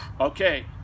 Okay